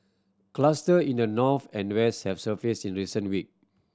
cluster in the north and west have surfaced in recent week